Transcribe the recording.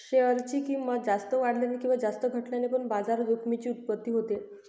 share ची किंमत जास्त वाढल्याने किंवा जास्त घटल्याने पण बाजार जोखमीची उत्पत्ती होते